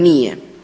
Nije.